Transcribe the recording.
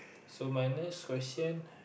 so my next question